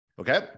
okay